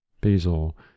Basil